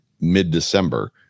mid-December